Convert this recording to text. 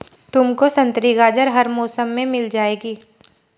तुमको संतरी गाजर हर मौसम में मिल जाएगी